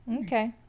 Okay